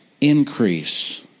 increase